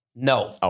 No